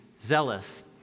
zealous